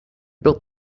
built